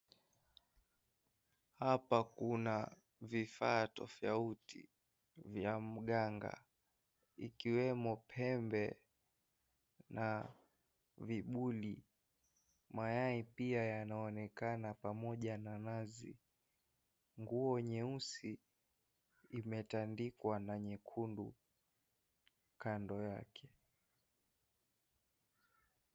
Hapa kuna vifaa tofauti vya mganga ikiwemo pembe na vibuli. Mayai pia yanaonekana pamoja na nazi. Nguo nyeusi imetandikwa na nyekundu kando yake.